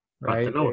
Right